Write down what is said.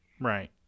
Right